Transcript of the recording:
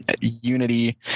unity